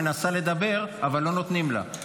חברת כנסת מנסה לדבר אבל לא נותנים לה,